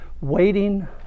Waiting